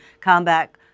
combat